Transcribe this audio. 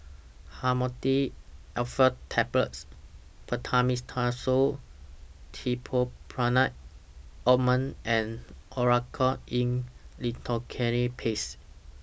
Dhamotil Atropine Tablets Betamethasone Dipropionate Ointment and Oracort E Lidocaine Paste